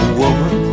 woman